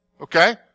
okay